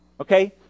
okay